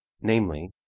namely